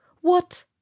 What